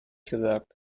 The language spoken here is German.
gesagt